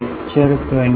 આ એન